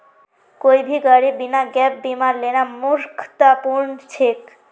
कोई भी गाड़ी बिना गैप बीमार लेना मूर्खतापूर्ण छेक